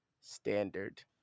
Standard